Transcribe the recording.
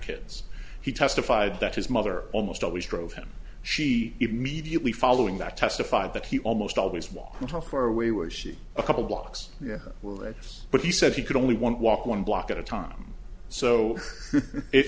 kids he testified that his mother almost always drove him she immediately following that testified that he almost always walk the talk or way where she's a couple blocks yeah well that's what he said he could only one walk one block at a time so it